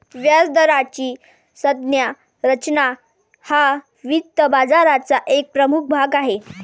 व्याजदराची संज्ञा रचना हा वित्त बाजाराचा एक प्रमुख भाग आहे